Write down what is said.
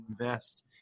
invest